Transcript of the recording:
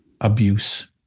abuse